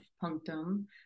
punctum